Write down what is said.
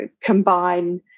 combine